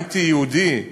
אנטי-יהודי.